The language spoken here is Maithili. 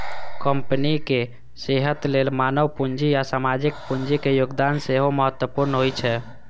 कंपनीक सेहत लेल मानव पूंजी आ सामाजिक पूंजीक योगदान सेहो महत्वपूर्ण होइ छै